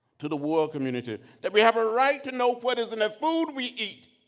to the world community, that we have a right to know what is in the food we eat,